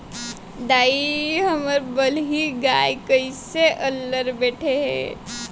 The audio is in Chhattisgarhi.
दाई, हमर बलही गाय कइसे अल्लर बइठे हे